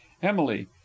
EMILY